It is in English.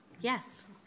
Yes